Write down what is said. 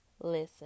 listen